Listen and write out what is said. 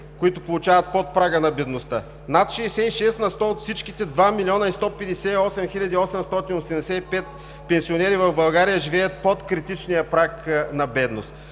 които получават пенсии под прага на бедността. Над 66% от всичките 2 млн. 158 хил. 885 пенсионера в България живеят под критичния праг на бедност.